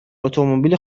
اتومبیل